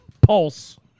pulse